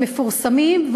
שמפורסמים,